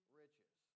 riches